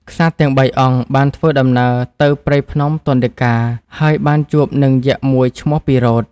ក្សត្រទាំងបីអង្គបានធ្វើដំណើរទៅព្រៃភ្នំទណ្ឌការណ្យ ហើយបានជួបនឹងយក្សមួយឈ្មោះ ពិរោធ។